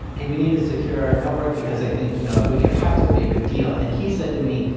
hey, we need to secure network, because i think you know if we get hacked it would be a big deal, and he said to me,